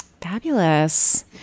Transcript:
Fabulous